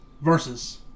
Versus